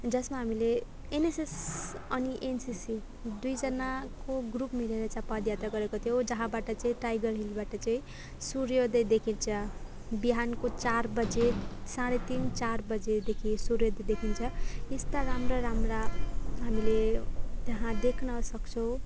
जसमा हामीले एनएसएस अनि एनसीसी दुईजनाको ग्रुप मिलेर चाहिँ पद यात्रा गरेको थियौँ जहाँबाट चाहिँ टाइगर हिलबाट चाहिँ सूर्योदय देखिन्छ बिहानको चार बजी साँढे तिन चार बजीदेखि सूर्योदय देखिन्छ यस्ता राम्रा राम्रा हामीले त्यहाँ देख्न सक्छौँ